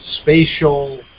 spatial